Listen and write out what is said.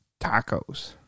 tacos